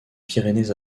pyrénées